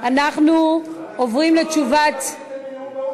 אנחנו עוברים לתשובת, זה תמונה מהאינטרנט.